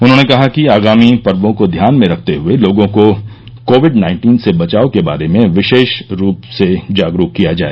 उन्होंने कहा कि आगामी पर्वो को ध्यान में रखते हुए लोगों को कोविड नाइन्टीन से बचाव के बारे में विशेष रूप से जागरूक किया जाए